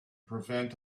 prevent